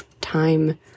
time